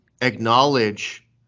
acknowledge